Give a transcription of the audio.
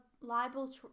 libel